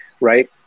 right